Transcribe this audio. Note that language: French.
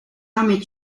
armées